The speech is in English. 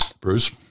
Bruce